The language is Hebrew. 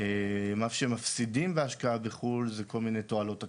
מה שמפסידים בהשקעה בחו"ל זה כל מיני תועלות עקיפות.